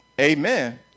amen